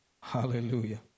Hallelujah